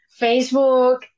Facebook